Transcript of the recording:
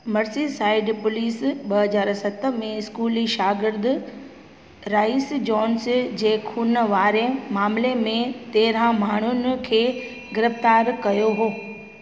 Merseyside police ॿ हज़ार सत में स्कूली शागिर्द राइस जोन्स जे खून वारे मामिले में तेरह माण्हुनि खे गिरफ़्तार कयो हुओ